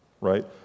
right